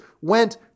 went